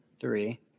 three